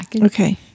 Okay